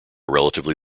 relatively